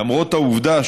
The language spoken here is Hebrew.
למרות העובדה,